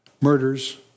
murders